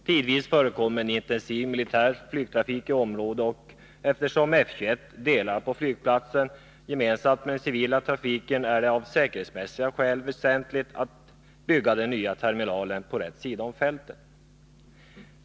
Tidvis förekommer en intensiv militär flygtrafik i området, och eftersom F 21 delar flygplatsen med den civila trafiken är det av säkerhetsmässiga skäl väsentligt att bygga den nya terminalen på rätt sida om fältet.